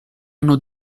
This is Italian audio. hanno